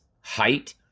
height